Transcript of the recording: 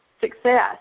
success